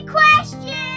question